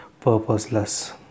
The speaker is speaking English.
purposeless